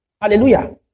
Hallelujah